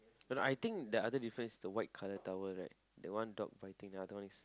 no no I think the other difference is the white colour towel right that one dog biting then the other one is